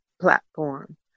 platform